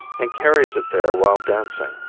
and carries it there while dancing.